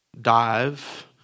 dive